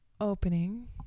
opening